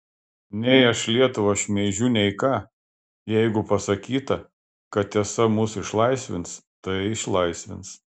nei aš lietuvą šmeižiu nei ką jeigu pasakyta kad tiesa mus išlaisvins tai išlaisvins